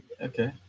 Okay